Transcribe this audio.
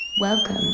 Welcome